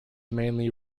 mainly